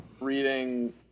reading